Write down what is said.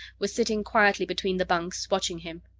was sitting quietly between the bunks, watching him.